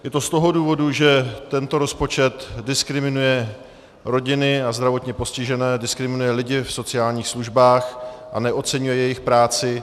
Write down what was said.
Je to z toho důvodu, že tento rozpočet diskriminuje rodiny a zdravotně postižené, diskriminuje lidi v sociálních službách a neoceňuje jejich práci.